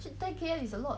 ten K_M is a lot